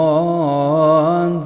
on